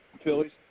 Phillies